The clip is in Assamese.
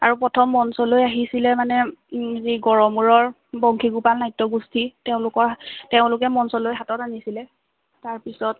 আৰু প্ৰথম মঞ্চলৈ আহিছিলে মানে যি গড়মূৰৰ বংশীগোপাল নাট্যগোষ্ঠী তেওঁলোকৰ তেওঁলোকে মঞ্চলৈ হাতত আনিছিলে তাৰ পিছত